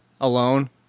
alone